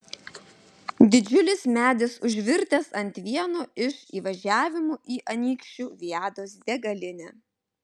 didžiulis medis užvirtęs ant vieno iš įvažiavimų į anykščių viados degalinę